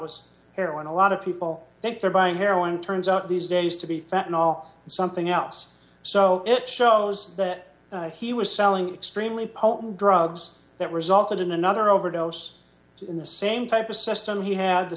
was heroin a lot of people think they're buying heroin turns out these days to be fat and all something else so it shows that he was selling extremely potent drugs that resulted in another overdose in the same type of system he had the